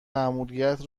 مأموریت